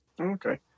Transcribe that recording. Okay